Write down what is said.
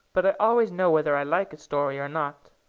but i always know whether i like a story or not.